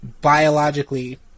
biologically